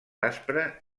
aspre